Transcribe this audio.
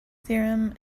theorem